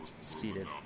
seated